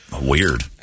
weird